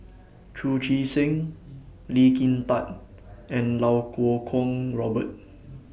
Chu Chee Seng Lee Kin Tat and Iau Kuo Kwong Robert